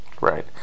Right